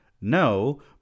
no